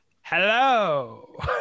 Hello